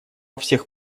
всех